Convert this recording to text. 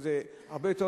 הרבה יותר,